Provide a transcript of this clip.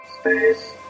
Space